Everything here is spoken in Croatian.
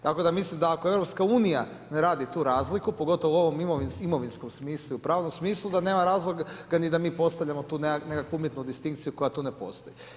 Tako da mislim da ako EU ne radi tu razliku, pogotovo u ovom imovinskom smislu i u pravnom smislu, da nema razloga da mi postavljamo nekakvu umjetnu distinkciju koja tu ne postoji.